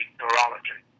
neurology